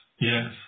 yes